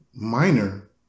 minor